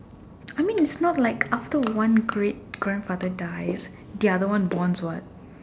I mean it's not like after one great grandfather dies the other one borns what